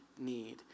need